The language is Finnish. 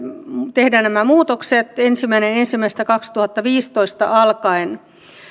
tehdä nämä muutokset ensimmäinen ensimmäistä kaksituhattaviisitoista alkaen